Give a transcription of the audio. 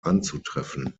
anzutreffen